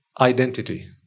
identity